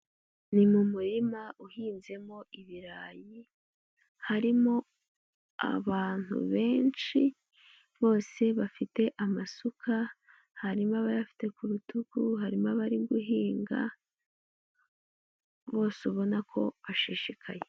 Ni mu muririma uhinzemo ibirayi, harimo abantu benshi, bose bafite amasuka, harimo abayafite ku rutugu, harimo abari guhinga, bose ubona ko bashishikaye.